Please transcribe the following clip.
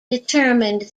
determined